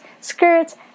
skirts